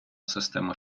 система